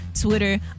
Twitter